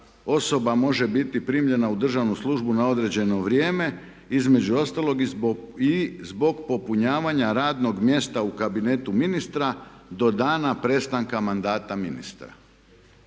osoba može biti primljena u državnu službu na određeno vrijeme između ostalog i zbog popunjavanja radnog mjesta u kabinetu ministra do dana prestanka mandata ministra.